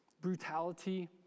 brutality